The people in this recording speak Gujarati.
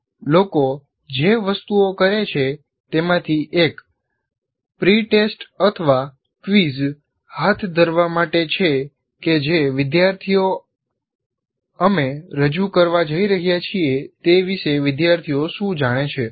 લોકો જે વસ્તુઓ કરે છે તેમાંથી એક પ્રીટેસ્ટ અથવા ક્વિઝ હાથ ધરવા માટે છે કે જે વિદ્યાર્થીઓ અમે રજૂ કરવા જઈ રહ્યા છીએ તે વિષે વિદ્યાર્થીઓ શું જાણે છે